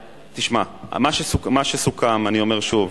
תשמע, מה שסוכם אני אומר שוב,